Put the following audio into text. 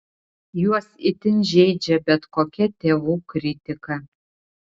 juos itin žeidžia bet kokia tėvų kritika